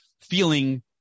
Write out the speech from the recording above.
feeling